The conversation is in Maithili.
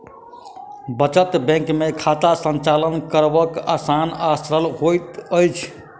बचत बैंक मे खाता संचालन करब आसान आ सरल होइत छै